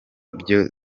byo